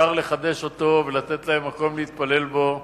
ואפשר לחדש אותו ולתת להם מקום להתפלל בו.